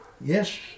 Yes